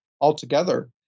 altogether